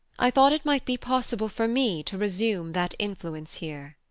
i thought it might be possible for me to resume that influence here.